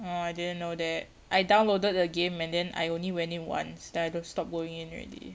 orh I didn't know that I downloaded the game and then I only went in once then I stopped going in already